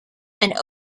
and